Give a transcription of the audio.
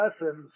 Lessons